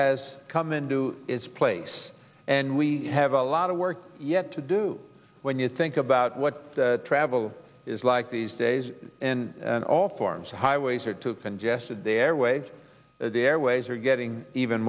has come into its place and we have a lot of work yet to do when you think about what travel is like these days and all forms highways are too congested the airwaves the airways are getting even